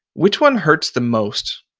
which one hurts the most